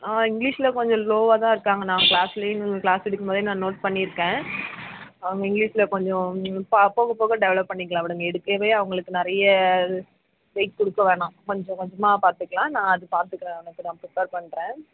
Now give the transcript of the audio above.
இங்கிலிஷில் கொஞ்சம் லோவாக தான் இருக்காங்க நான் க்ளாஸ்லியும் க்ளாஸ் எடுக்கும்போதே நான் நோட் பண்ணிருக்கேன் அவங்க இங்கிலிஷில் கொஞ்சம் ப போக போக டெவலப் பண்ணிக்கலாம் விடுங்கள் எடுக்கவே அவங்களுக்கு நிறையா இது வெய்ட் கொடுக்க வேணாம் கொஞ்ச கொஞ்சமாக பார்த்துக்கலாம் நான் அது பார்த்துக்கறேன் அவனுக்கு நான் ப்ரிபேர் பண்ணுறேன்